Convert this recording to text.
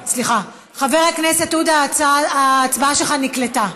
לא, סליחה, חבר הכנסת עודה, ההצבעה שלך נקלטה.